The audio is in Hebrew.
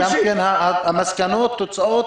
והמסקנות, תוצאות